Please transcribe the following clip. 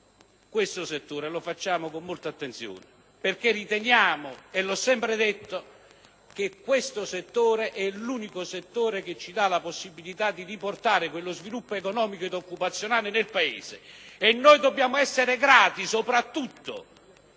questo settore e lo facciamo con molta attenzione, perché riteniamo - l'ho sempre detto - che questo è l'unico comparto che ci dà la possibilità di riportare lo sviluppo economico e occupazionale nel Paese. Dobbiamo essere grati a questa